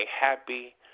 happy